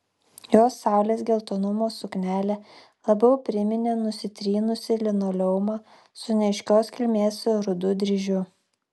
jos saulės geltonumo suknelė labiau priminė nusitrynusį linoleumą su neaiškios kilmės rudu dryžiu